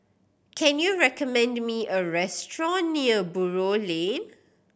can you recommend me a restaurant near Buroh Lane